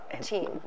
team